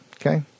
okay